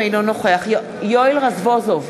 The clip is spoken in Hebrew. אינו נוכח יואל רזבוזוב,